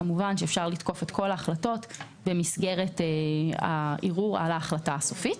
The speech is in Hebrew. כמובן שאפשר לתקוף את כל ההחלטות במסגרת הערעור על ההחלטה הסופית.